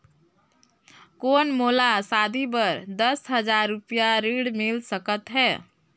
कौन मोला शादी बर दस हजार रुपिया ऋण मिल सकत है?